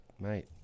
Mate